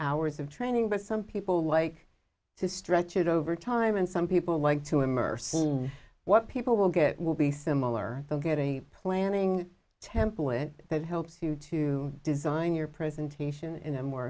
hours of training but some people like to stretch it over time and some people like to immerse what people will get will be similar get a planning temple and that helps you to design your presentation in a more